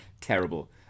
Terrible